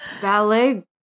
ballet